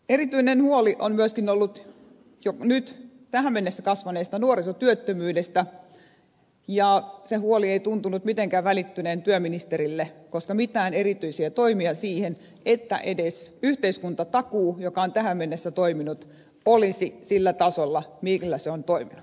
erityinen huoli on myöskin ollut jo nyt tähän mennessä kasvaneesta nuorisotyöttömyydestä ja se huoli ei tuntunut mitenkään välittyneen työministerille koska mitään erityisiä toimia siihen että edes yhteiskuntatakuu joka on tähän mennessä toiminut olisi sillä tasolla millä se on toiminut